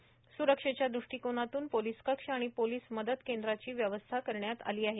स्रुरक्षेच्या दृष्टिकोनातून पोलीस कक्ष आणि पोलीस मदत केंद्राची वव्यवस्था करण्यात आली आहे